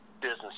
business